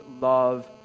love